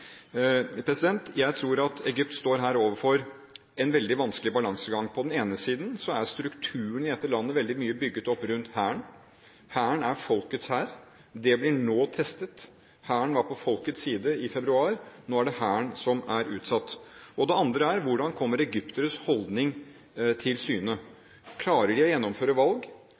veldig vanskelig balansegang. På den ene siden er strukturen i dette landet i stor grad bygget opp rundt hæren. Hæren er folkets hær. Det blir nå testet. Hæren var på folkets side i februar. Nå er det hæren som er utsatt. Det andre er: Hvordan kommer egypternes holdning til syne? Klarer de å gjennomføre valg?